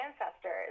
ancestors